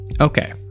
Okay